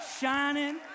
shining